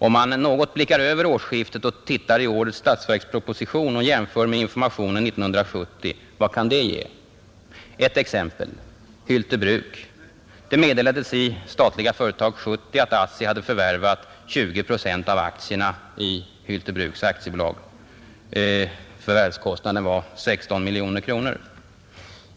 Om vi något blickar över årsskiftet och tittar i årets statsverksproposi 35 tion och jämför med informationen 1970 — vad kan det ge? Ett exempel: Hylte Bruk. Det meddelades i Statliga företag 70 att ASSI hade förvärvat 20 procent av aktierna i Hylte Bruk AB. Förvärvskostnaden var 16 miljoner kronor.